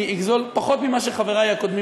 אני אגזול פחות ממה שחברי הקודמים